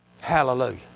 Hallelujah